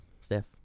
Steph